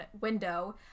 window